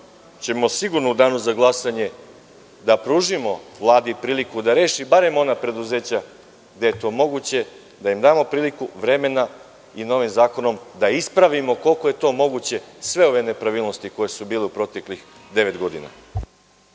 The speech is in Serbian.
ćemo sigurno u danu za glasanje da pružimo Vladi priliku da reši barem ona preduzeća gde je to moguće, da im damo priliku, vremena, da ovim zakonom ispravimo koliko je to moguće sve nepravilnosti koje su bile u proteklih devet godina.